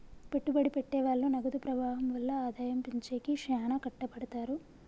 పెట్టుబడి పెట్టె వాళ్ళు నగదు ప్రవాహం వల్ల ఆదాయం పెంచేకి శ్యానా కట్టపడతారు